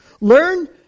Learn